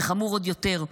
וחמור עוד יותר,